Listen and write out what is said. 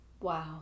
Wow